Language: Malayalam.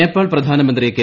നേപ്പാൾ പ്രധാനമന്ത്രി കെ